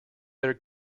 better